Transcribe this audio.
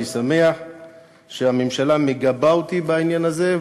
אני שמח שהממשלה מגבה אותי בעניין הזה,